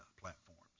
platforms